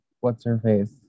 what's-her-face